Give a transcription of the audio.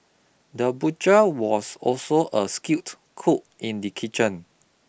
the butcher was also a skilled cook in the kitchen